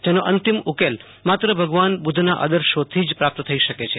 જેનો અંતિમ ઉકેલ માત્ર ભગવાન બધ્ધના આદશોથી જ પ્રાપ્ત થઈ શકે છે